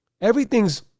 everything's